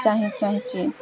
ଚାହିଁ ଚାହିଁଛି